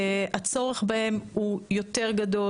שהצורך בהם הוא יותר גדול.